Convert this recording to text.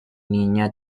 niña